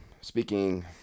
Speaking